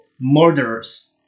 murderers